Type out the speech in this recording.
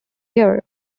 year